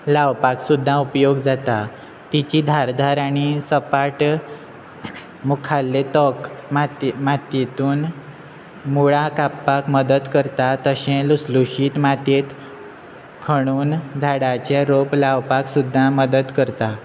लावपा सुद्दां उपयोग जाता तिची धार धार आनी सपाट मुखाल्ले तोंक मात मातयेंतून मुळां कापाक मदत करता तशें लुसलुशीत मातयेंत खणून झाडाचे रोंप लावपाक सुद्दां मदत करता